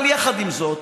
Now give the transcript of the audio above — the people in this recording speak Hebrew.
אבל יחד עם זאת,